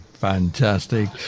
Fantastic